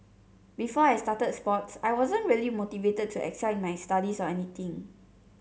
before I started sports I wasn't really motivated to excel in my studies or anything